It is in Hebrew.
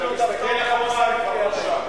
כשאתה מסתכל אחורה הם כבר לא שם.